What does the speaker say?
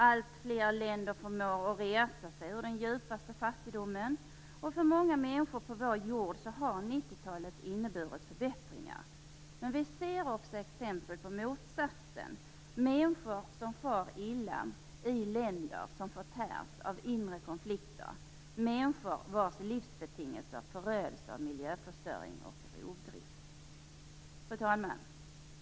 Alltfler länder förmår resa sig ur den djupaste fattigdomen, och för många människor på vår jord har 1990-talet inneburit förbättringar. Men vi ser också exempel på motsatsen: människor som far illa i länder som förtärs av inre konflikter och människor vilkas livsbetingelser föröds av miljöförstöring och rovdrift. Fru talman!